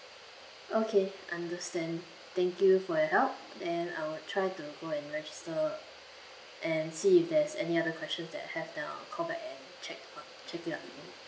okay understand thank you for your help then I will try to go and register and see if there's any other questions that I have then I'll call back and check and check it out from you